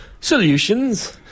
solutions